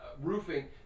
roofing